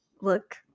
look